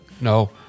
no